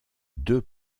deux